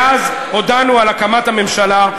מאז הודענו על הקמת הממשלה.